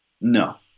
No